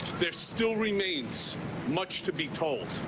there still remains much to be told.